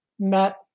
met